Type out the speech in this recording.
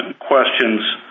questions